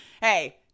Hey